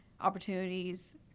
opportunities